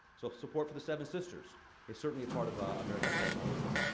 so, support for the seven sisters is certainly a part of ah american foreign policy.